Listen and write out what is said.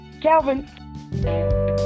Calvin